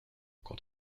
quant